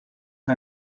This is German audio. bin